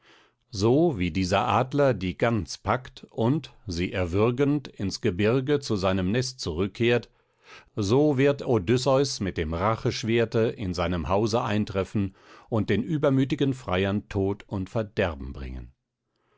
so wie dieser adler die gans packt und sie erwürgend ins gebirge zu seinem nest zurückkehrt so wird odysseus mit dem racheschwerte in seinem hause eintreffen und den übermütigen freiern tod und verderben bringen